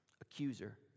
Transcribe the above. accuser